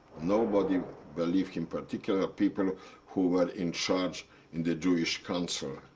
nobody believe him, particularly people who were in charge in the jewish council.